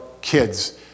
kids